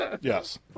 Yes